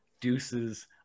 deuces